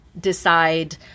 decide